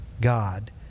God